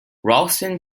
ralston